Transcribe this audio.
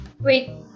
Wait